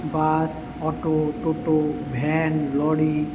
bus auto toto van lorry